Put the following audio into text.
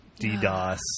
DDoS